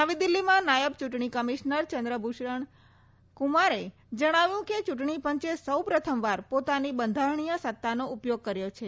નવી દિલ્હીમાં નાયબ ચૂંટણી કમિશનર ચંદ્રભૂષણ કુમારે જણાવ્યું કેચૂંટણી પંચે સૌપ્રથમવાર પોતાની બંધારણીય સત્તાનો ઉપયોગ કર્યો છે